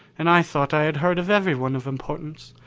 and i thought i had heard of everyone of importance.